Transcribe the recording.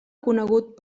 conegut